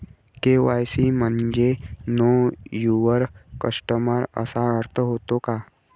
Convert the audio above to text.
KYC म्हणजे know your customer असा अर्थ होतो का?